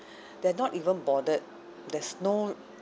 they are not even bothered there's no